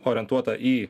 orientuotą į